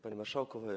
Panie Marszałku!